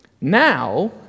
Now